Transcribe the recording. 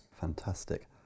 Fantastic